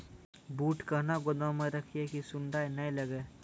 बूट कहना गोदाम मे रखिए की सुंडा नए लागे?